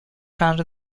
found